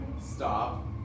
stop